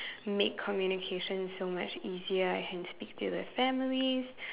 made communication so much easier I can speak to the families